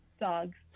Dogs